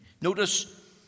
Notice